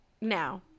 now